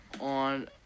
on